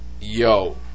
yo